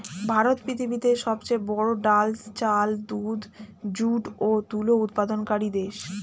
ভারত পৃথিবীতে সবচেয়ে বড়ো ডাল, চাল, দুধ, যুট ও তুলো উৎপাদনকারী দেশ